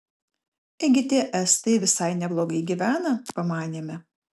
ėgi tie estai visai neblogai gyvena pamanėme